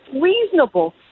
reasonable